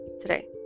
today